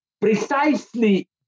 precisely